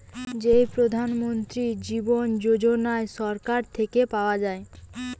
যেই প্রধান মন্ত্রী জীবন যোজনা সরকার থেকে পাওয়া যায়